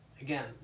again